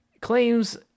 claims